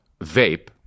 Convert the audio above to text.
vape